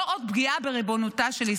לא עוד פגיעה בריבונותה של ישראל,